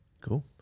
cool